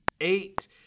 Eight